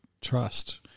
trust